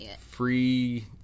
free